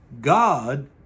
God